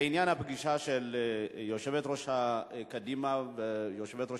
לעניין הפגישה של יושבת-ראש קדימה ויושבת-ראש